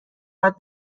باید